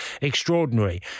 extraordinary